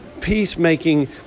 Peacemaking